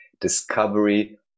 Discovery